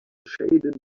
shaded